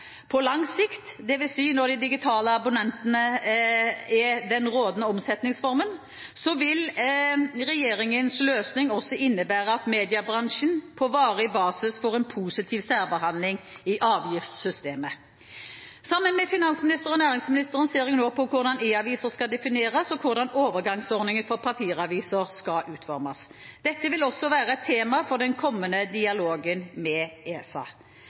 På lang sikt, dvs. når de digitale abonnementene er den rådende omsetningsformen, vil regjeringens løsning også innebære at mediebransjen på varig basis får en positiv særbehandling i avgiftssystemet. Sammen med finansministeren og næringsministeren ser jeg nå på hvordan e-aviser skal defineres, og hvordan overgangsordningen for papiraviser skal utformes. Dette vil også være et tema for den kommende dialogen med ESA.